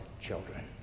children